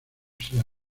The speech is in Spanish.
sea